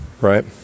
right